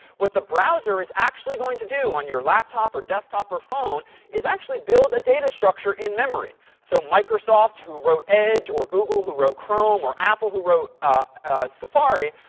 what the browser is actually going to do on your laptop or desktop or phone is actually build a data structure in memory. so microsoft, who wrote edge, or google, who wrote chrome, or apple who wrote safari,